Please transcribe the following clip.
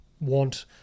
want –